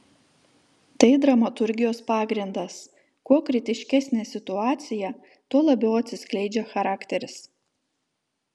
tai dramaturgijos pagrindas kuo kritiškesnė situacija tuo labiau atsiskleidžia charakteris